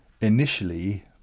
initially